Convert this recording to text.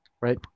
right